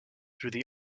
through